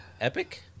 Epic